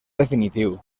definitiu